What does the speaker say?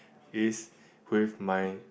is with my